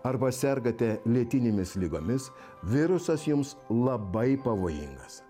arba sergate lėtinėmis ligomis virusas jums labai pavojingas